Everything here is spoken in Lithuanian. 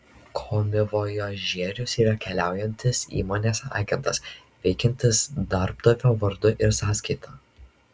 komivojažierius yra keliaujantis įmonės agentas veikiantis darbdavio vardu ir sąskaita